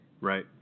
Right